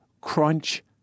crunch